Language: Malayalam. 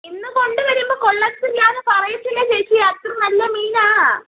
ഇന്ന് കൊണ്ടുവരുമ്പോൾ കൊള്ളില്ല എന്ന് പറയില്ല ചേച്ചി അത്ര നല്ല മീനാണ്